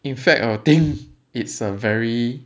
in fact a thing it's a very